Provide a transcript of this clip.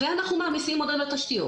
ואנחנו מעמיסים עוד על התשתיות.